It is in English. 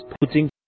putting